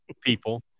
people